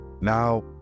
Now